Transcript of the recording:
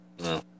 no